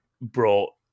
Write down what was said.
brought